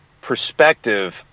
perspective